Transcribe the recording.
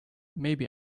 maybe